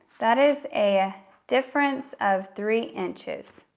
that is a difference of three inches.